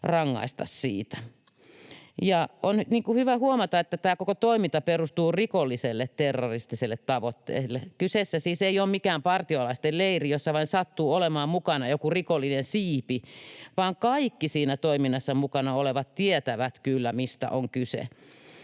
rangaista siitä. Nyt on hyvä huomata, että tämä koko toiminta perustuu rikollisille terroristisille tavoitteille. Kyseessä siis ei ole mikään partiolaisten leiri, jossa vain sattuu olemaan mukana joku rikollinen siipi, vaan kaikki siinä toiminnassa mukana olevat tietävät kyllä, mistä on kyse.